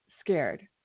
scared